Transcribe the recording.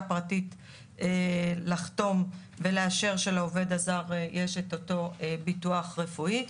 פרטית לחתום ולאשר שלעובד הזר יש את אותו ביטוח רפואי.